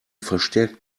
verstärkt